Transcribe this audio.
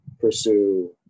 pursue